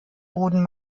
boten